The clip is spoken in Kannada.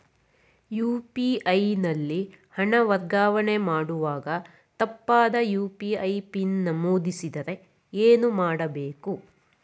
ಯು.ಪಿ.ಐ ನಲ್ಲಿ ಹಣ ವರ್ಗಾವಣೆ ಮಾಡುವಾಗ ತಪ್ಪಾದ ಯು.ಪಿ.ಐ ಪಿನ್ ನಮೂದಿಸಿದರೆ ಏನು ಮಾಡಬೇಕು?